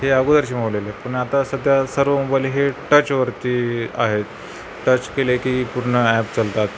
हे अगोदरचे मोडेल आहेत पण आता सध्या सर्व मोबाईल हे टचवरती आहेत टच केले की पूर्ण ॲप चालतात